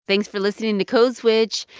thanks for listening to code switch.